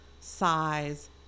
size